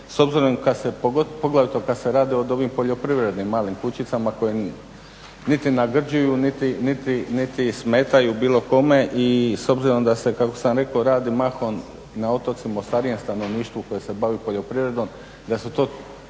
tu nelogičnost. Poglavito kada se radi o ovim poljoprivrednim malim kućicama koje niti nagrđuju niti smetaju bilo kome i s obzirom kako sam rekao da se radi mahom na otocima o starijem stanovništvu koje se bavi poljoprivredom, da su to